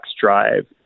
drive